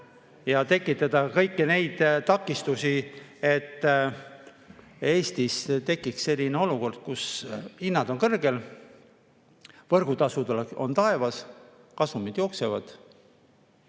ja tekitada kõiki takistusi, et Eestis tekiks selline olukord, kus hinnad on kõrgel, võrgutasud taevas, kasumid jooksevad.